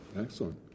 Excellent